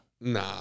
Nah